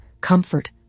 comfort